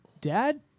Dad